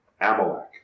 Amalek